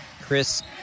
Chris